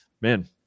man